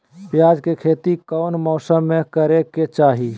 प्याज के खेती कौन मौसम में करे के चाही?